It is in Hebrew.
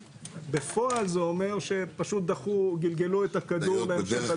ובפועל זה אומר שפשוט גלגלו את הכדור בהמשך הדרך.